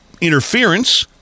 interference